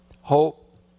hope